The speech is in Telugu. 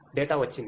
డేటా వచ్చింది